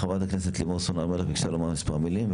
חברת הכנסת לימור סון הר מלך ביקשה לומר מספר מילים.